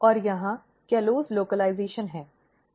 और यहाँ कॉलोज़ लोकलज़ेशन है